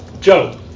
Joe